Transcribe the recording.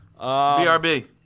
BRB